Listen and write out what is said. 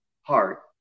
heart